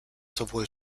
sowohl